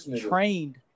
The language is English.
trained